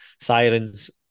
Sirens